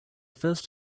first